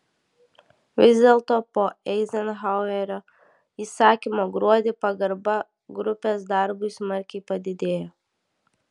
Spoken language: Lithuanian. vis dėlto po eizenhauerio įsakymo gruodį pagarba grupės darbui smarkiai padidėjo